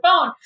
phone